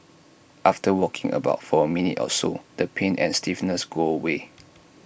after walking about for A minute or so the pain and stiffness go away